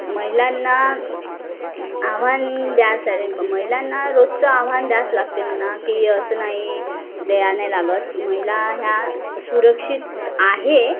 महिलांना आव्हान द्यासाठी महिलांना रोजचं आव्हान द्यावंच लागते म्हणा की असं नाही द्यावं नाई लागत महिला ह्या सुरक्षित आहे